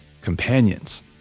companions